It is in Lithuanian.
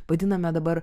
vadiname dabar